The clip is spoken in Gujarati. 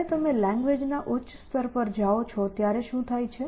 જ્યારે તમે લેંગ્વેજ ના ઉચ્ચ સ્તર પર જાઓ છો ત્યારે શું થાય છે